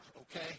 okay